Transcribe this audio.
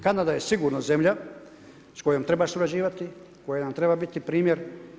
Kanada je sigurno zemlja s kojoj treba surađivati, koja nam treba biti primjer.